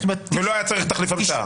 הוא לא היה צריך תחליף המצאה.